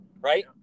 right